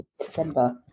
September